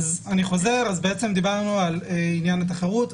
דיברנו על עניין התחרות.